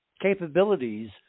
capabilities